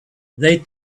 they